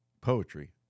poetry